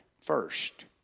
first